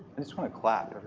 i just want to clap